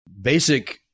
basic